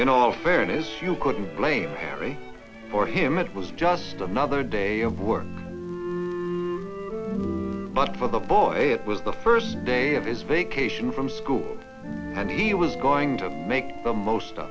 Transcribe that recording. in all fairness you couldn't blame me for him it was just another day of work but for the boy it was the first day of his vacation from school and he was going to make the most